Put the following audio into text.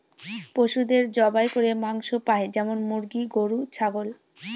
পশুদের জবাই করে মাংস পাই যেমন মুরগি, গরু, ছাগল